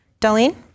Darlene